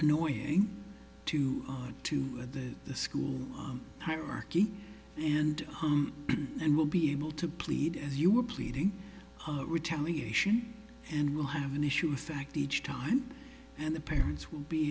annoying to on to the school hierarchy and hum and will be able to plead as you were pleading retaliation and we'll have an issue of fact each time and the parents will be